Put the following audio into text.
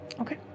okay